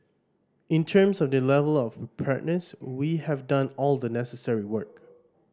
in terms of the level of we have done all the necessary work